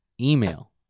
email